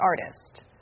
artist